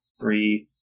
three